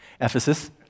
Ephesus